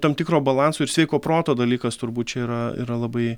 tam tikro balanso ir sveiko proto dalykas turbūt čia yra yra labai